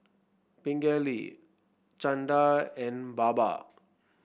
Pingali Chanda and Baba